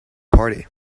party